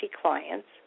clients